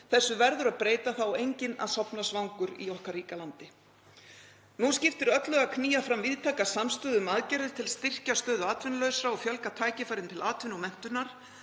Þessu verður að breyta, það á enginn að sofna svangur í okkar ríka landi. Nú skiptir öllu að knýja fram víðtæka samstöðu um aðgerðir til að styrkja stöðu atvinnulausra og fjölga tækifærum til atvinnu og menntunar.